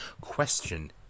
question